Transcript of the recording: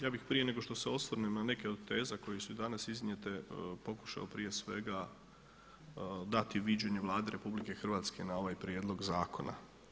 Ja bih prije nego što se osvrnem na neke od teza koje su danas iznijete pokušao prije svega dati viđenje Vlade RH na ovaj prijedlog zakona.